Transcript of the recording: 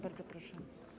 Bardzo proszę.